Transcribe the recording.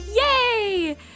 Yay